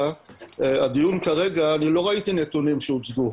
בדיון כרגע אני לא ראיתי נתונים שהוצגו.